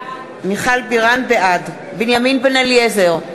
בעד בנימין בן-אליעזר,